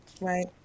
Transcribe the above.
right